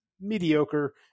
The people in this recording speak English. mediocre